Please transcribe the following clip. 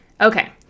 Okay